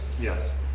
Yes